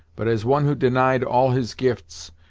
but as one who denied all his gifts,